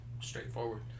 straightforward